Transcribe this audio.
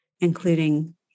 including